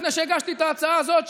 לפני שהגשתי את ההצעה הזאת,